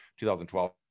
2012